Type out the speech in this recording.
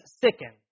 sicken